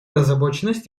озабоченность